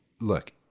Look